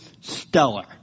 stellar